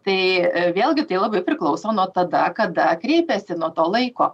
tai vėlgi tai labai priklauso nuo tada kada kreipėsi nuo to laiko